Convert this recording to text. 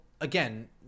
again